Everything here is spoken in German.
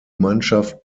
mannschaft